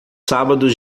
sábados